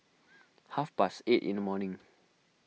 half past eight in the morning